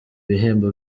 bihembo